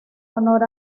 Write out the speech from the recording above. honor